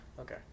Okay